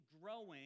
growing